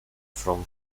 from